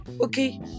Okay